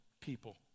people